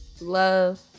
love